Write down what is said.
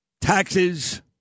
taxes